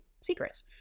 secrets